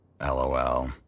LOL